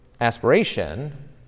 aspiration